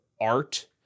art